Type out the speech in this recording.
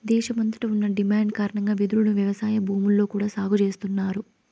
దేశమంతట ఉన్న డిమాండ్ కారణంగా వెదురును వ్యవసాయ భూముల్లో కూడా సాగు చేస్తన్నారు